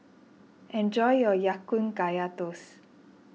enjoy your Ya Kun Kaya Toast